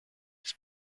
its